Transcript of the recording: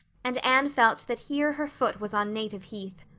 and anne felt that here her foot was on native heath.